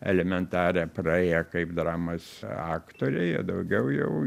elementarią praėję kaip dramos aktoriai o daugiau jau